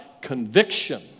conviction